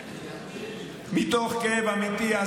מתוך כאב אמיתי.